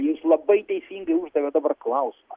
jūs labai teisingai uždavėt dabar klausimą